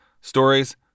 stories